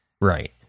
Right